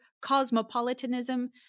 cosmopolitanism